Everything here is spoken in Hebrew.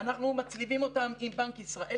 אנחנו מצליבים אותם עם בנק ישראל,